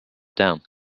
down